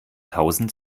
tausend